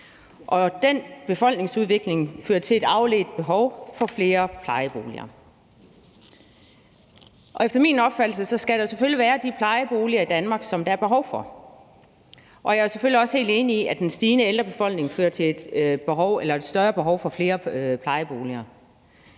Den befolkningsudvikling fører til et afledt behov for flere plejeboliger. Efter min opfattelse skal der selvfølgelig være de plejeboliger i Danmark, som der er behov for, og jeg er selvfølgelig også helt enig i, at den stigende andel af ældre i befolkningen fører til et større behov for flere plejeboliger.